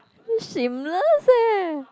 sh~ shameless eh